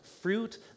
fruit